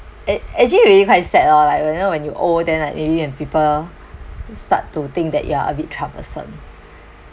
it actually really quite sad lah like when you know when you old then like maybe when people start to think that you are a bit troublesome